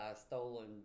stolen